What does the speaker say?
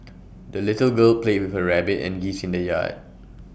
the little girl played with her rabbit and geese in the yard